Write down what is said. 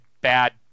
bad